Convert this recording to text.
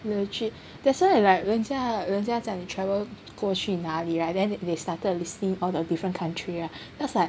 legit that's why like 人家人家叫你 travel 过去哪里 right then they started listing all the different country right then I was like